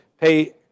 pay